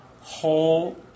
Whole